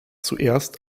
zuerst